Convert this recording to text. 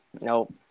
Nope